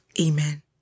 amen